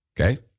okay